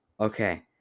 Okay